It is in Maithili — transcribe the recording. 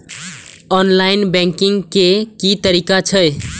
ऑनलाईन बैंकिंग के की तरीका छै?